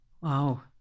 Wow